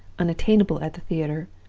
unattainable at the theater,